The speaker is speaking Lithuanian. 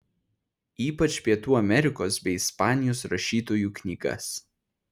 ypač pietų amerikos bei ispanijos rašytojų knygas